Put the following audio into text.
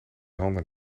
handen